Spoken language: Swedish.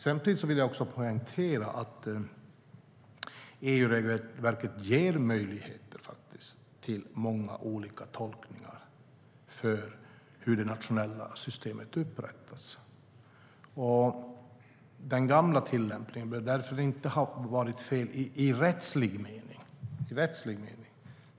Samtidigt vill jag poängtera att EU-regelverket faktiskt ger möjligheter till många olika tolkningar av hur det nationella systemet ska upprättas. Den gamla tillämpningen behöver därför inte ha varit fel i rättslig mening.